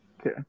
okay